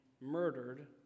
murdered